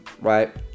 right